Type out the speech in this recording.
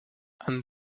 han